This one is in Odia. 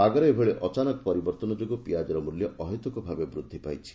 ପାଗରେ ଏଭଳି ଅଚାନକ ପରିବର୍ତ୍ତନ ଯୋଗୁଁ ପିଆଜର ମୂଲ୍ୟ ଅହେତୁକ ଭାବେ ବୃଦ୍ଧି ପାଇଛି